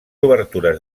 obertures